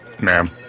Ma'am